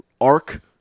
arc